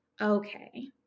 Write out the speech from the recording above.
okay